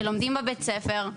שלומדים בבית הספר,